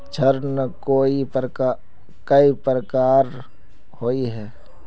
ऋण कई प्रकार होए है?